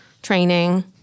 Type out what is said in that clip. training